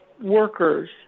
workers